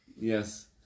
Yes